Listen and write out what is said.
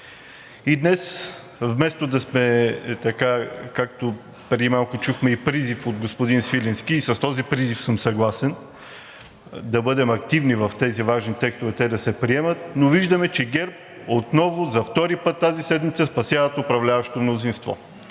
И днес вместо да сте така, както преди малко чухме и призив от господин Свиленски, и с този призив съм съгласен, да бъдем активни в тези важни текстове, те да се приемат, виждаме, че ГЕРБ отново, за втори път тази седмица, спасяват управляващото мнозинство